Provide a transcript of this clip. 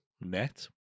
net